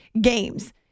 games